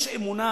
יש אמונה,